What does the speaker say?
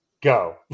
go